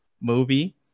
movie